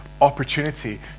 opportunity